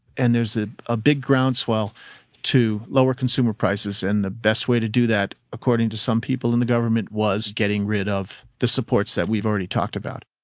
and there's a ah big groundswell to lower consumer prices and the best way to do that, according to some people in the government, was getting rid of the supports that we've already talked about.